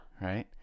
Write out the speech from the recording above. right